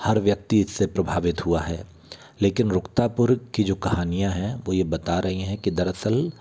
हर व्यक्ति इससे प्रभावित हुआ है लेकिन रुकतापुर की जो कहानियाँ है वो ये बता रही है की दरअसल